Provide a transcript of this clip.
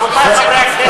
"רבותי חברי הכנסת".